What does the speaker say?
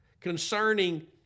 concerning